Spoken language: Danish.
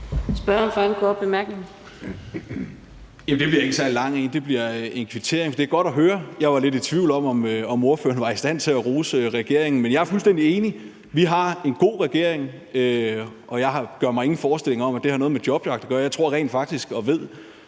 Det bliver ikke en særlig lang en. Det bliver en kvittering, for det er godt at høre. Jeg var lidt i tvivl om, om ordføreren var i stand til at rose regeringen. Men jeg er fuldstændig enig. Vi har en god regering, og jeg gør mig ingen forestillinger om, at det har noget med jobjagt at gøre. Jeg tror rent faktisk og ved